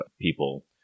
people